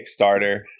Kickstarter